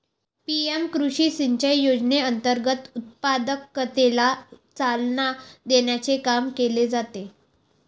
PM Krishi Sinchai योजनेअंतर्गत उत्पादकतेला चालना देण्याचे काम केले जाते